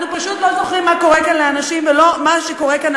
אנחנו פשוט לא זוכרים מה קורה כאן לאנשים ולא מה שקורה כאן.